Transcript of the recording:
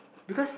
because